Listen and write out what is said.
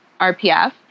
RPF